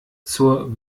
zur